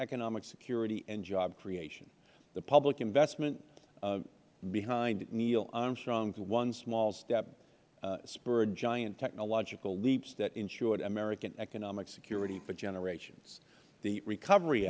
economic security and job creation the public investment behind neil armstrong's one small step spurred giant technological leaps that ensured american economic security for generations the recovery